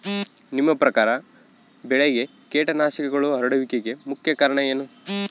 ನಿಮ್ಮ ಪ್ರಕಾರ ಬೆಳೆಗೆ ಕೇಟನಾಶಕಗಳು ಹರಡುವಿಕೆಗೆ ಮುಖ್ಯ ಕಾರಣ ಏನು?